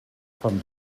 von